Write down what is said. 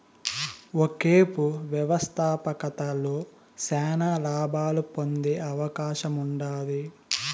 ఒకేపు వ్యవస్థాపకతలో శానా లాబాలు పొందే అవకాశముండాది